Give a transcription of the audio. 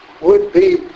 would-be